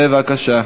בבקשה.